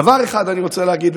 דבר אחד אני רוצה להגיד,